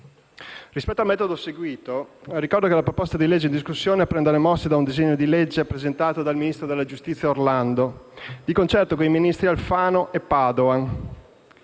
Rispetto al metodo seguito, ricordo che la proposta di legge in discussione prende le mosse da un disegno di legge presentato dal ministro della giustizia Orlando, di concerto con i ministri Alfano e Padoan,